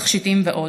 תכשיטים ועוד.